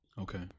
Okay